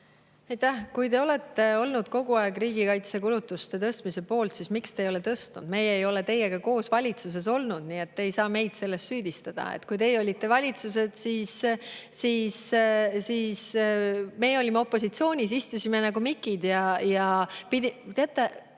Aitäh! Kui te olete olnud kogu aeg riigikaitsekulutuste tõstmise poolt, siis miks te ei ole neid tõstnud? Meie ei ole teiega koos valitsuses olnud, nii et te ei saa meid selles süüdistada. Kui teie olite valitsuses, siis meie olime opositsioonis, istusime nagu Mikid ja